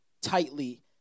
tightly